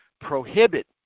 prohibit